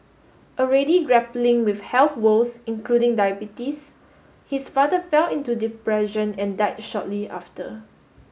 already grappling with health woes including diabetes his father fell into depression and died shortly after